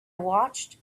watched